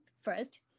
first